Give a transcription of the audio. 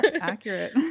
accurate